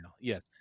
Yes